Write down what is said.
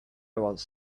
was